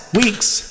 week's